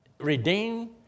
redeem